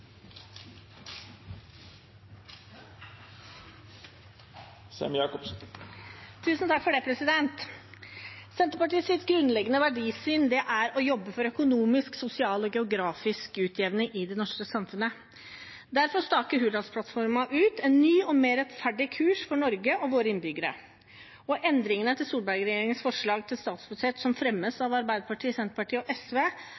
geografisk utjevning i det norske samfunnet. Derfor staker Hurdalsplattformen ut en ny og mer rettferdig kurs for Norge og våre innbyggere. Endringene som Arbeiderpartiet, Senterpartiet og SV fremmer til Solberg-regjeringens forslag til statsbudsjett, er et første skritt i retningen av å ta Norge i en mer utjevnende og